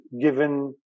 given